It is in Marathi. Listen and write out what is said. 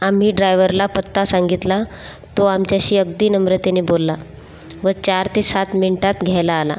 आम्ही ड्रायवरला पत्ता सांगितला तो आमच्याशी अगदी नम्रतेने बोलला व चार ते सात मिनिटात घ्यायला आला